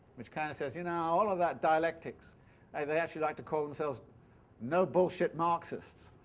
which kind of says you know, all of that dialectics and they actually like to call themselves no bullshit marxists